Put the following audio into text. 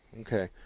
Okay